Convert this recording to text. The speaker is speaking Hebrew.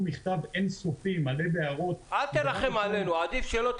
מכתב אין-סופי מלא הערות -- אל תרחם עלינו.